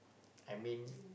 I mean